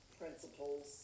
principles